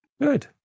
Good